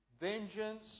Vengeance